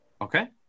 Okay